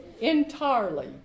entirely